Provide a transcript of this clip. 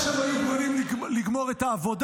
איך שהם היו אמורים לגמור את העבודה,